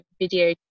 video